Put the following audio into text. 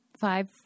five